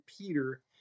Peter